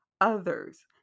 others